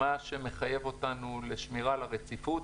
מה שמחייב אותנו לשמירה על הרציפות